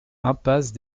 impasse